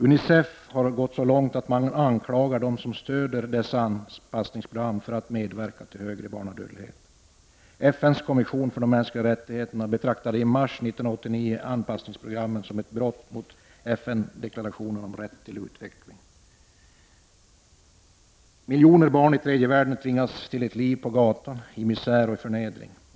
Unicef har gått så långt att man anklagar dem som stöder dessa anpassningsprogram för att medverka till högre barnadödlighet. FNs kommission för de mänskliga rättigheterna betraktar i mars 1989 anpassningsprogrammen som ett brott mot FN-deklarationen om rätten till utveckling. Miljoner barn i tredje världen tvingas till ett liv på gatan i misär och förnedring.